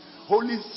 Holy